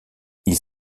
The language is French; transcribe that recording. ils